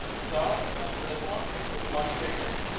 so kind of this one is much bigger.